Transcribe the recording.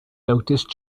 noticed